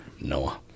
noah